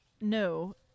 no